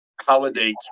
holiday